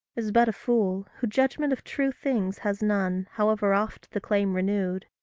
is but a fool, who judgment of true things has none, however oft the claim renewed.